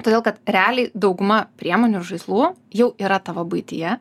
todėl kad realiai dauguma priemonių žaislų jau yra tavo buityje